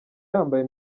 yambaye